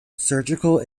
surgical